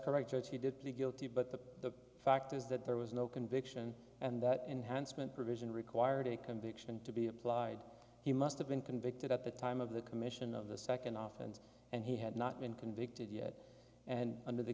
but the fact is that there was no conviction and that enhancement provision required a conviction to be applied he must have been convicted at the time of the commission of the second and and he had not been convicted yet and under the